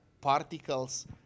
particles